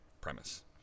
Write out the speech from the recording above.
premise